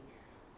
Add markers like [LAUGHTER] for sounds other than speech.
[BREATH]